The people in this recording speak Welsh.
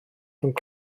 rhwng